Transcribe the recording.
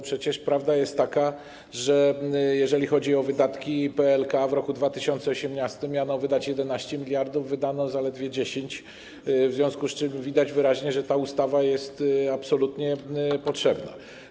Przecież prawda jest taka, że jeżeli chodzi o wydatki PLK, w roku 2018 miano wydać 11 mld, wydano zaledwie 10, w związku z czym widać wyraźnie, że ta ustawa jest absolutnie potrzebna.